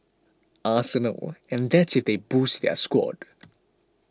Arsenal and that's if they boost their squad